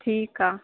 ठीकु आहे